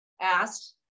asked